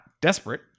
desperate